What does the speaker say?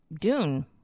dune